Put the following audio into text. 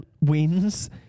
wins